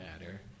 matter